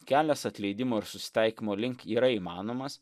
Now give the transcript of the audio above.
kelias atleidimo ir susitaikymo link yra įmanomas